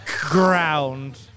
ground